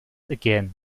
again